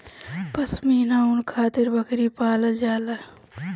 पश्मीना ऊन खातिर बकरी पालल जाला